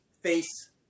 face